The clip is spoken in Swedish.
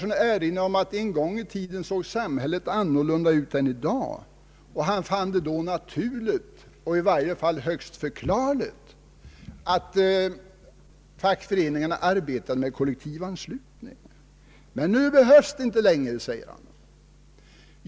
Han erinrade om att en gång i tiden såg samhället annorlunda ut än i dag, och han fann det naturligt och i varje fall högst förklarligt att fackföreningarna då arbetade med kollektivanslutning. Men nu behövs det inte längre, säger han.